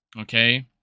Okay